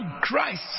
Christ